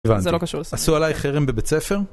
הבנתי, זה לא קשור. עשו עלייך חרם בבית ספר?